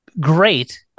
great